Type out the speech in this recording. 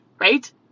right